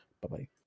Bye-bye